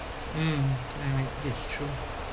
mm) you're right that's true